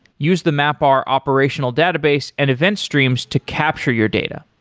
use the mapr operational database and event streams to capture your data.